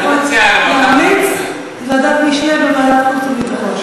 אתה יכול להמליץ, אני מציע לוועדת חוץ וביטחון.